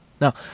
Now